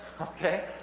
Okay